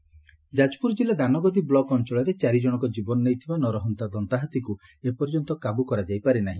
ହାତୀ ଆତଙ୍କ ଯାଜପୁର ଜିଲ୍ଲା ଦାନଗଦି ବ୍କକ ଅଞ୍ଚଳରେ ଚାରିଜଣଙ୍କ ଜୀବନ ନେଇଥିବା ନରହନ୍ତା ଦନ୍ତାହାତୀକୁ ଏପର୍ଯ୍ୟନ୍ତ କାବୁ କରାଯାଇ ପାରିନାହି